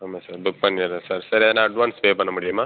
ஆமாம் sir book பண்ணிடுறேன் sir sir எதனால் அட்வான்ஸ் பே பண்ண முடியுமா